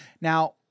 Now